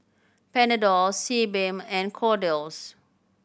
Panadol Sebamed and Kordel's